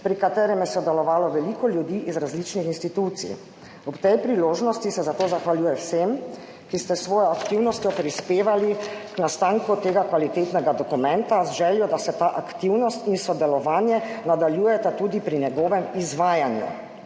pri katerem je sodelovalo veliko ljudi iz različnih institucij. Ob tej priložnosti se za to zahvaljujem vsem, ki ste s svojo aktivnostjo prispevali k nastanku tega kvalitetnega dokumenta, z željo, da se ta aktivnost in sodelovanje nadaljujeta tudi pri njegovem izvajanju.«